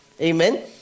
Amen